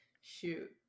shoot